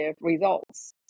results